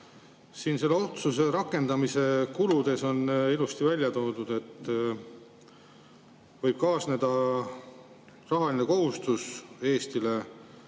Siin selle otsuse rakendamise kuludes on ilusti välja toodud, et võib kaasneda rahaline kohustus Eestile,